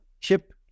chip